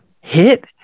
hit